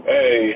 Hey